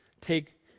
take